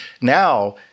now